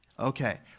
Okay